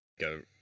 Go